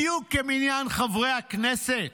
בדיוק כמניין חברי הכנסת.